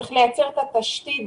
צריך לתת את התשתית,